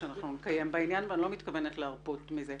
שנקיים בעניין ואני לא מתכוונת להרפות מזה.